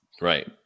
Right